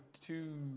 two